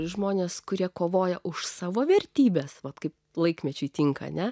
žmones kurie kovoja už savo vertybes vat kaip laikmečiui tinka ne